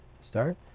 Start